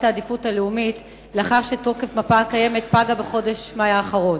העדיפות הלאומית לאחר שתוקף המפה הקיימת פג במאי האחרון.